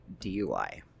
DUI